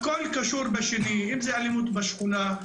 הכול קשור בשני אם זו אלימות בשכונה,